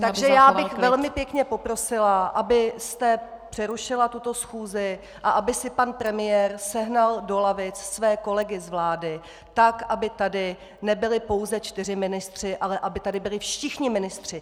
Takže bych velmi pěkně poprosila, abyste přerušila tuto schůzi a aby si pan premiér sehnal do lavic své kolegy z vlády tak, aby tady nebyli pouze čtyři ministři, ale aby tady byli všichni ministři!